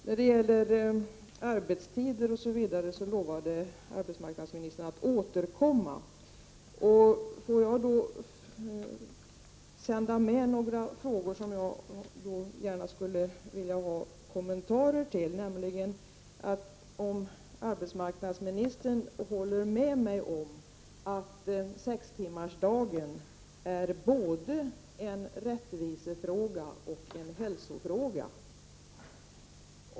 När det gäller arbetstider och sådant lovade arbetsmarknadsministern återkomma. Får jag då sända med några frågor som jag gärna skulle vilja ha kommentarer till. Håller arbetsmarknadsministern med mig om att sextimmarsdagen är både en rättvisefråga och en hälsofråga?